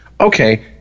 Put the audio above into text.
Okay